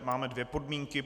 Máme dvě podmínky.